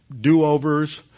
do-overs